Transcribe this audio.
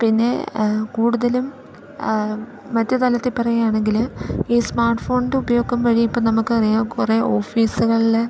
പിന്നെ കൂടുതലും മറ്റു തലത്തിൽ പറയുകയാണെങ്കിൽ ഈ സ്മാർട്ട്ഫോണിൻ്റെ ഉപയോഗം വഴി ഇപ്പം നമുക്കറിയാം കുറേ ഓഫീസുകളിൽ